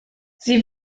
sie